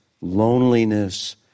loneliness